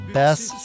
best